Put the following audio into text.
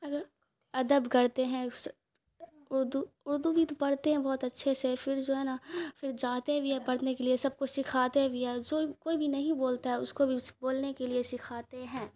اگر ادب کرتے ہیں اس اردو اردو بھی تو پڑھتے ہیں بہت اچھے سے پھر جو ہے نا پھر جاتے بھی ہے پڑھنے کے لیے سب کو سکھاتے بھی ہے جو کوئی بھی نہیں بولتا ہے اس کو بھی اس بولنے کے لیے سکھاتے ہیں